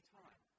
time